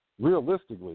realistically